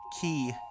Key